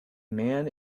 man